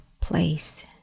place